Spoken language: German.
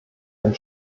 ein